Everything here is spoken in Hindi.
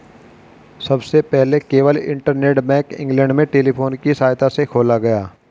सबसे पहले केवल इंटरनेट बैंक इंग्लैंड में टेलीफोन की सहायता से खोला गया